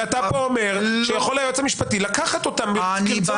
ואתה פה אומר שיכול היועץ המשפטי לקחת אותה כרצונו.